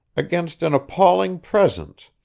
against an appalling presence,